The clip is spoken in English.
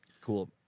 Cool